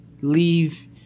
leave